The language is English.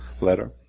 letter